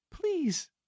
Please